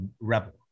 rebel